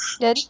then